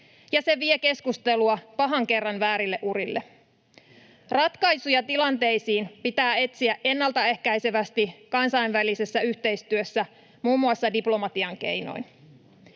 ja se vie keskustelua pahan kerran väärille urille. Ratkaisuja tilanteisiin pitää etsiä ennaltaehkäisevästi kansainvälisessä yhteistyössä, muun muassa diplomatian keinoin.